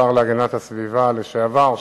השר להגנת הסביבה לשעבר,